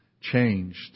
changed